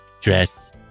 dress